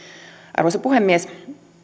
arvoisa puhemies